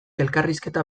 elkarrizketa